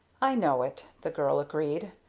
i know it, the girl agreed.